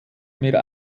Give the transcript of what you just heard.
mehr